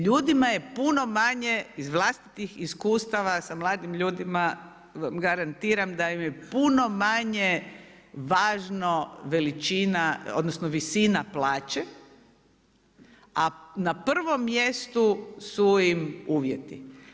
Ljudima je puno manje iz vlastitih iskustava sa mladim ljudima garantiram da im je puno manje važno veličina, odnosno visina plaće, a na prvom mjestu su im uvjeti.